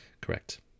Correct